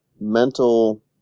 mental